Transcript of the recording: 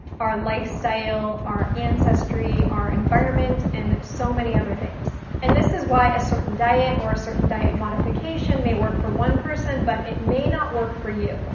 our lifestyle, our ancestry, our environment, and so many other things. and this is why a certain diet, or a certain diet modification may work for one person but it may not work for you.